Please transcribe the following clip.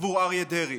עבור אריה דרעי.